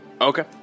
Okay